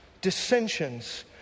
dissensions